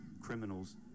criminals